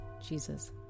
Jesus